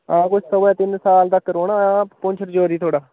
हां कोई सवा तिन साल तक रौह्ना पुंछ रजौरी थुआढ़ा